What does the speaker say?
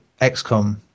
XCOM